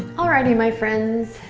alrighty my friends,